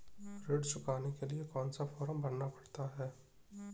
ऋण चुकाने के लिए कौन सा फॉर्म भरना पड़ता है?